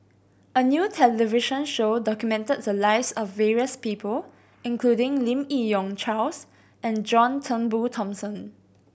a new television show documented the lives of various people including Lim Yi Yong Charles and John Turnbull Thomson